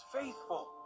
faithful